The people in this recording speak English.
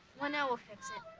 lanelle will fix it.